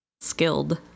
skilled